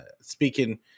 Speaking